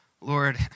Lord